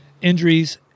injuries